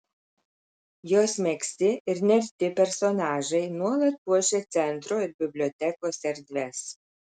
jos megzti ir nerti personažai nuolat puošia centro ir bibliotekos erdves